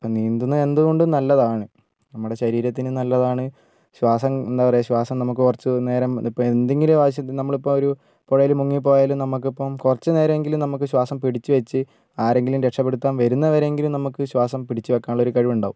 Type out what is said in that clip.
ഇപ്പം നീന്തുന്നത് എന്തുകൊണ്ടും നല്ലതാണ് നമ്മുടെ ശരീരത്തിനും നല്ലതാണ് ശ്വാസം എന്താ പറയുക ശ്വാസം നമുക്ക് കുറച്ചു നേരം ഇപ്പോൾ എന്തെങ്കിലും ആവിശ്യത്തിന് നമ്മളിപ്പോൾ ഒരു പുഴയിൽ മുങ്ങിപ്പോയാലും നമ്മൾക്കിപ്പം കുറച്ചു നേരമെങ്കിലും നമ്മൾക്ക് ശ്വാസം പിടിച്ചു വച്ച് ആരെങ്കിലും രക്ഷപ്പെടുത്താൻ വരുന്നതുവരെയെങ്കിലും നമ്മൾക്ക് ശ്വാസം പിടിച്ചു വയ്ക്കാനുള്ള ഒരു കഴിവ് ഉണ്ടാവും